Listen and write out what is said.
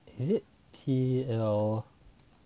is it T_L